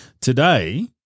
Today